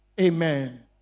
Amen